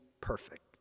Perfect